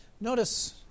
Notice